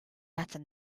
matter